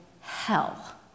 hell